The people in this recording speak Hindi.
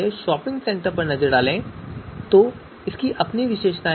शॉपिंग सेंटर पर नजर डालें तो इसकी अपनी विशेषताएं हैं